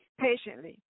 Patiently